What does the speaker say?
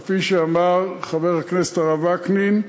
כפי שאמר חבר הכנסת הרב וקנין,